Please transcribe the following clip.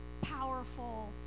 powerful